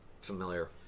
familiar